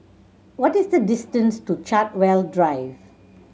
what is the distance to Chartwell Drive